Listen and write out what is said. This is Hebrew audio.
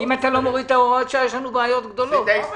אם יש תקרה יותר גבוהה בסעיפים אחרים או זיכוי יותר גבוה,